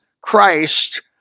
Christ